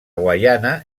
guaiana